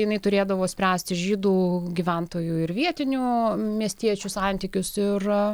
jinai turėdavo spręsti žydų gyventojų ir vietinių miestiečių santykius ir